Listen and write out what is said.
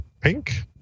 Pink